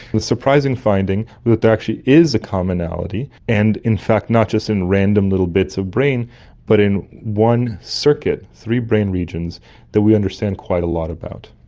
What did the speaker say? the surprising finding that there actually is a commonality, and in fact not just in random little bits of brain but in one circuit, three brain regions that we understand quite a lot about.